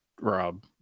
Rob